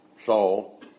Saul